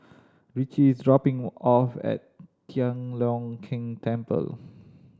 Richie is dropping off at Tian Leong Keng Temple